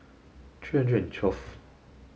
three hundred and twelve